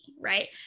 right